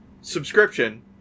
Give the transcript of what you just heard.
subscription